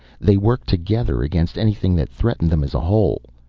they worked together against anything that threatened them as a whole.